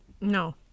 No